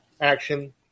Action